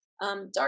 Dark